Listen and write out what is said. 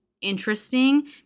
interesting